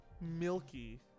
milky